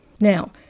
Now